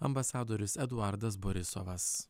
ambasadorius eduardas borisovas